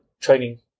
training